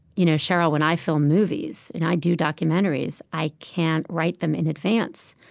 you know sheryl, when i film movies and i do documentaries, i can't write them in advance.